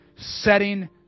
setting